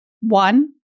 one